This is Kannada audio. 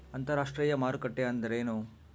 ಅಂತರಾಷ್ಟ್ರೇಯ ಮಾರುಕಟ್ಟೆ ಎಂದರೇನು?